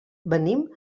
venim